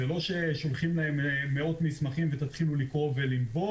זה לא ששולחים להם מאות מסמכים שהם צריכים להתחיל לקרוא ולנבור.